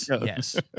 yes